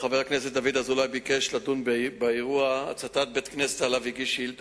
חבר הכנסת זאב בילסקי שאל את